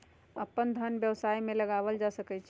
अप्पन धन व्यवसाय में लगायल जा सकइ छइ